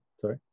Sorry